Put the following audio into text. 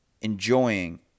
enjoying